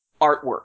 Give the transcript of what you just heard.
artwork